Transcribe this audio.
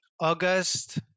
August